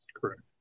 Correct